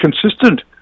consistent